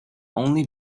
only